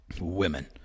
Women